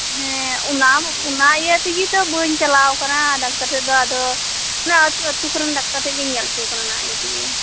ᱦᱮᱸ ᱚᱱᱟ ᱚᱱᱟ ᱤᱭᱟᱹ ᱛᱮᱜᱮ ᱛᱚ ᱵᱟᱹᱧ ᱪᱟᱞᱟᱣ ᱟᱠᱟᱱᱟ ᱰᱟᱠᱛᱟᱨ ᱴᱷᱮᱡᱫᱚ ᱟᱫᱚ ᱚᱱᱟ ᱟᱹᱛᱩ ᱠᱚᱨᱮᱱ ᱰᱟᱠᱛᱟᱨ ᱴᱷᱮᱡ ᱜᱮᱤᱧ ᱧᱮᱞ ᱚᱪᱚ ᱟᱠᱟᱱᱟ ᱚᱱᱟ ᱤᱭᱟᱹ ᱛᱮᱜᱮ